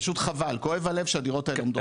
פשוט חבל, כואב הלב שהדירות האלה ריקות.